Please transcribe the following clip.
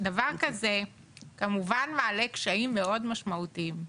דבר כזה כמובן מעלה קשיים מאוד משמעותיים.